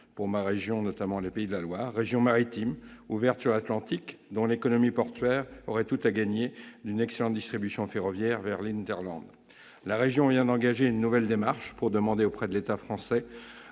pour ma région, les Pays de la Loire, région maritime, ouverte sur l'Atlantique, dont l'économie portuaire aurait tout à gagner d'une excellente distribution ferroviaire vers l'hinterland. La région vient d'engager une nouvelle démarche pour demander à l'État français